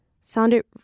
sounded